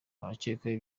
abakekwaho